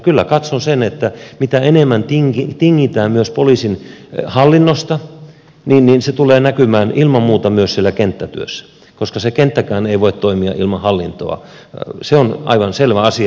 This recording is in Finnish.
kyllä katson sen että mitä enemmän tingitään myös poliisin hallinnosta se tulee näkymään ilman muuta myös siellä kenttätyössä koska kenttäkään ei voi toimia ilman hallintoa se on aivan selvä asia